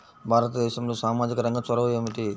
భారతదేశంలో సామాజిక రంగ చొరవ ఏమిటి?